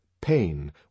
Pain